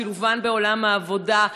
שילובן בעולם העבודה.